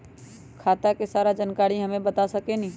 खाता के सारा जानकारी हमे बता सकेनी?